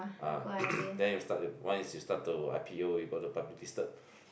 ah then you start to once you start to I_P_O you got to public listed